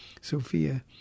Sophia